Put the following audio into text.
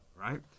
right